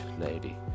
lady